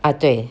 ah 对